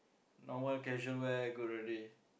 normal casual wear good already